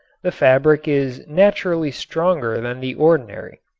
the fabric is naturally stronger than the ordinary.